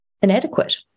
inadequate